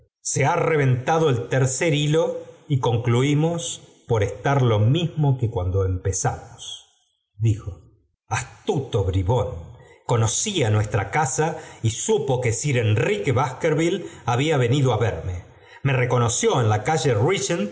se ha reventado el tercer hilo y concluimos poi estar lo mismo que cuando empezamos dijo j astuto bribón conocía nuestra casa y supo que sir enrique baskerville había venido á vermq me reconoció en la calle